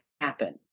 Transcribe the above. happen